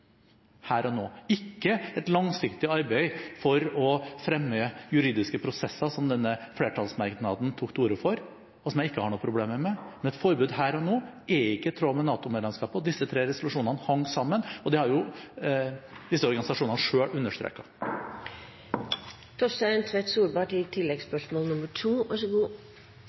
her og nå, ikke et langsiktig arbeid for å fremme juridiske prosesser, som denne flertallsmerknaden tok til orde for, og som jeg ikke har noen problemer med. Men et forbud her og nå er ikke i tråd med NATO-medlemskapet, og disse tre resolusjonene hang sammen. Det har disse organisasjonene